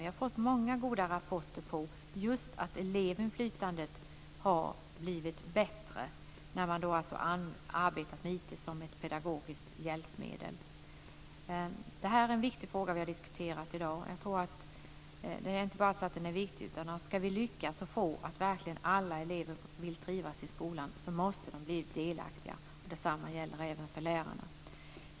Vi har fått många goda rapporter om att just elevinflytandet har blivit bättre när man har arbetat med IT som ett pedagogiskt hjälpmedel. Det är en viktig fråga som vi har diskuterat i dag. Ska vi lyckas uppnå att alla elever ska trivas i skolan måste de bli delaktiga. Detsamma gäller även för lärarna.